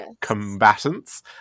combatants